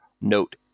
note